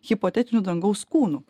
hipotetinių dangaus kūnu